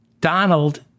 Donald